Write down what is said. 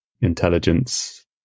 intelligence